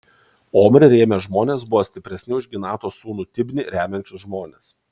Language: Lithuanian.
omrį rėmę žmonės buvo stipresni už ginato sūnų tibnį remiančius žmones